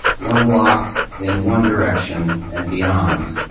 one block in one direction and beyond,